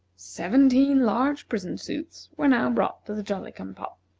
seventeen large prison suits were now brought to the jolly-cum-pop.